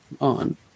on